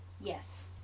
Yes